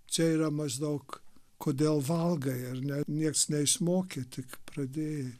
čia yra maždaug kodėl valgai ar ne nieks neišmokė tik pradėjai